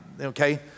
okay